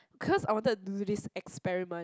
cause I wanted to do this experiment